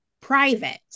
private